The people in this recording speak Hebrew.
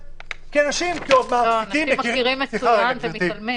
לא, מעסיקים מכירים מצוין אבל מתעלמים.